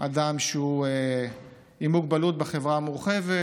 אדם שהוא עם מוגבלות בחברה המורחבת,